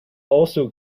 also